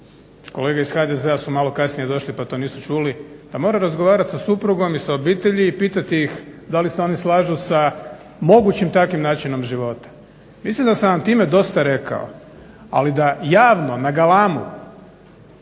kolege iz HDZ-a su malo kasnije došli pa to nisu čuli, da mora razgovarati sa suprugom i sa obitelji i pitati ih da li se oni slažu sa mogućim takvim načinom života. Mislim da sam vam time dosta rekao. Ali da javno na galamu